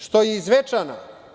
Što je iz Zvečana.